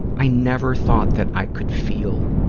i never thought that i could feel